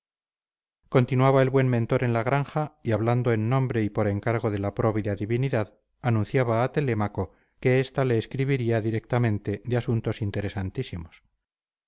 continuaba el buen mentor en la granja y hablando en nombre y por encargo de la próvida divinidad anunciaba a telémaco que esta le escribiría directamente de asuntos interesantísimos